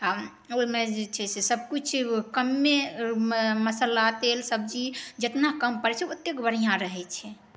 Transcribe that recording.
ओहिमे जे छै सबकिछु कम्मे मसल्ला तेल सब्जी जितना कम पड़ै छै ओत्तेक बढ़िऑं रहै छै